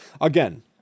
again